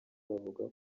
bavuga